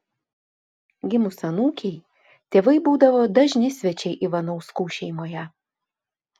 gimus anūkei tėvai būdavo dažni svečiai ivanauskų šeimoje